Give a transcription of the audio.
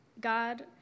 God